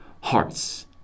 hearts